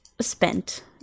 spent